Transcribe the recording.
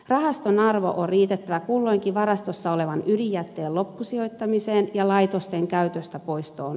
rahaston arvon on riitettävä kulloinkin varastossa olevan ydinjätteen loppusijoittamiseen ja laitosten käytöstä poistoon